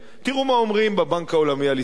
תראו מה אומרים בבנק העולמי על ישראל,